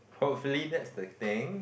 hopefully that's the thing